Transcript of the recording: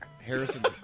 Harrison